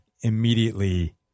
Immediately